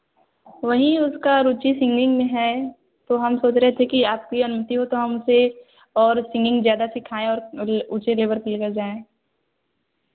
वहीं उसका रुचि सिंगिंग में है तो हम सोच रहे थे कि आपकी अनुमति हो तो हम उसे और सिंगिंग ज़्यादा सिखाएँ और ऊँचे लेबर पर लेकर जाएँ